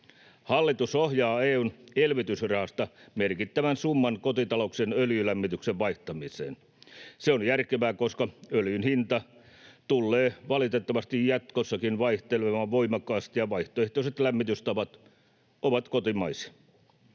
Hallitus ohjaa EU:n elvytysrahasta merkittävän summan kotitalouksien öljylämmityksen vaihtamiseen. Se on järkevää, koska öljyn hinta tulee valitettavasti jatkossakin vaihtelemaan voimakkaasti ja vaihtoehtoiset lämmitystavat ovat kotimaisia.